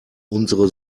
unsere